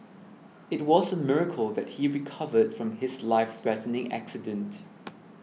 it was a miracle that he recovered from his lifethreatening accident